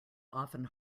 often